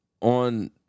on